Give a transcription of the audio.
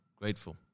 grateful